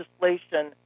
legislation